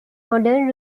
modern